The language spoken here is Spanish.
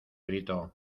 gritó